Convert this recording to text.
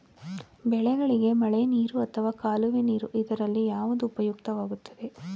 ಬೆಳೆಗಳಿಗೆ ಮಳೆನೀರು ಅಥವಾ ಕಾಲುವೆ ನೀರು ಇದರಲ್ಲಿ ಯಾವುದು ಉಪಯುಕ್ತವಾಗುತ್ತದೆ?